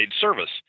service